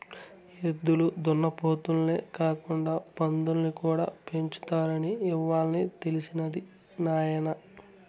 ఎద్దులు దున్నపోతులే కాకుండా పందుల్ని కూడా పెంచుతారని ఇవ్వాలే తెలిసినది నాయన